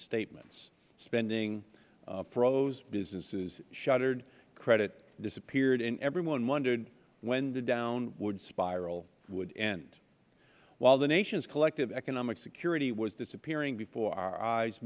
statements spending froze businesses shuttered credit disappeared and everyone wondered when the downward spiral would end while the nation's collective economic security was disappearing before our eyes